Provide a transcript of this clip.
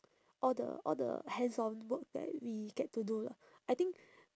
all the all the hands on work that we get to do lah I think